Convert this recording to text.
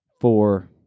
four